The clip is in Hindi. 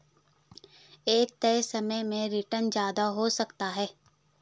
एक तय समय में रीटर्न ज्यादा हो सकता है